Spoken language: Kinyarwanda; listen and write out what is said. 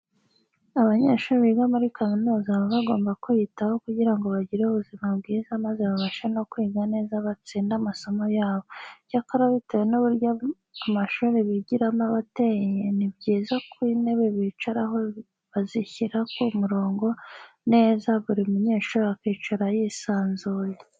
Abanyeshuri biga muri kaminuza baba bagomba kwiyitaho kugira ngo bagire ubuzima bwiza maze babashe no kwiga neza batsinde amasomo yabo. Icyakora bitewe n'uburyo amashuri bigiramo aba ateye ni byiza ko intebe bicaraho bazishyira ku murongo neza buri munyeshuri akicara yisanzuye.